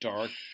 Dark